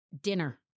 dinner